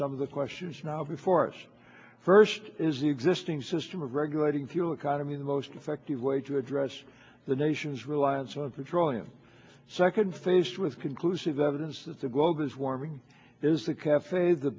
some of the questions now before us first is the existing system of regulating fuel economy the most effective way to address the nation's reliance on petroleum second faced with conclusive evidence that the globe is warming is the cafe the